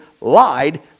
lied